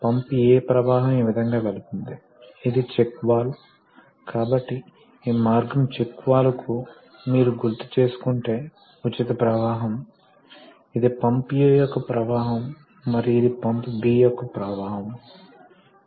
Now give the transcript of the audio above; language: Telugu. కాబట్టి మనము ఆసక్తికరంగా చూస్తాము మనము దీనిని పాఠశాలలో కూడా నేర్చుకున్నాము కాబట్టి మనం వర్తింపజేస్తే మన దగ్గర ఉన్న ఈ ప్రాధమిక ఉదాహరణను తీసుకుందాం ఇది మన వద్ద ఉన్న హైడ్రాలిక్ ప్రెస్ యొక్క ప్రాథమిక సూత్రం ఇది హైడ్రాలిక్ యంత్రాలలో ఒకటి